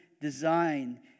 design